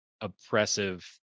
oppressive